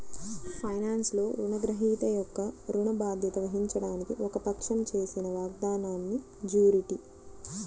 ఫైనాన్స్లో, రుణగ్రహీత యొక్క ఋణ బాధ్యత వహించడానికి ఒక పక్షం చేసిన వాగ్దానాన్నిజ్యూరిటీ